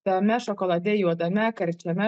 tame šokolade juodame karčiame